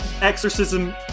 exorcism